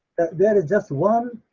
there is just one